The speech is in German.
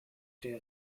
der